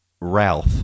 Ralph